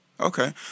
Okay